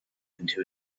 into